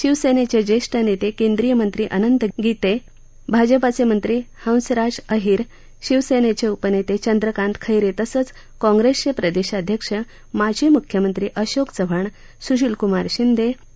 शिवसेनेचे जेष्ठ नेते केंद्रीय मंत्री अनंत गीते भाजपचे मंत्री हंसराज अहीर शिवसेनेचे उपनेते चंद्रकांत खैरे तसंच काँग्रेसचे प्रदेशाध्यक्ष माजी मुख्यमंत्री अशोक चव्हाण स्शिलक्मार शिंदे एड